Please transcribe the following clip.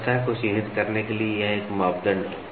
सतह को चिह्नित करने के लिए यह 1 मापदण्ड है